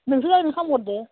नोंसो आंनो खालामहरदो